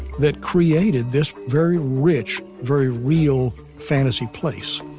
that created this very rich, very real fantasy place